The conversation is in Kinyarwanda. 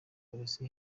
polisi